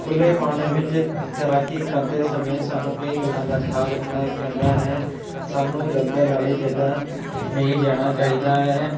ਖੁੱਲੇ ਪਾਣੇ ਵਿੱਚ ਤੈਰਾਕੀ ਕਰਦੇ ਸਮੇਂ ਸਾਨੂੰ ਕਈ ਗੱਲਾਂ ਦਾ ਖਿਆਲ ਰੱਖਣਾ ਪੈਂਦਾ ਹੈ ਸਾਨੂੰ ਦਲਦਲ ਵਾਲੀ ਜਗ੍ਹਾ ਨਹੀਂ ਜਾਣਾ ਚਾਹੀਦਾ ਹੈ